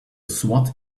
swat